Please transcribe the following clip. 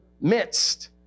midst